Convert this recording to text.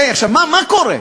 מה קורה?